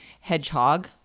hedgehog